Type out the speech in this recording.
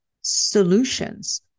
solutions